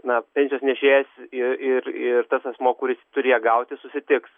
na pensijos nešėjas ir ir ir tas asmuo kuris turi ją gauti susitiks